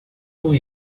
com